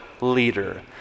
leader